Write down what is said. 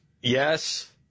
Yes